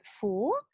four